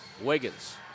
Wiggins